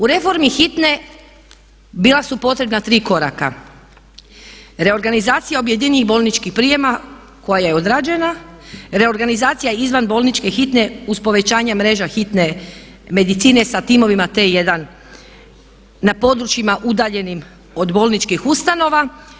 U reformi hitne bila su potrebna tri koraka, reorganizacija objedinjenih bolničkih prijema koja je odrađena, reorganizacija izvanbolničke hitne uz povećanje mreža hitne medicine sa timovima T1 na područjima udaljenim od bolničkih ustanova.